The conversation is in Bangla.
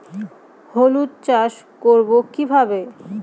হলুদ চাষ করব কিভাবে?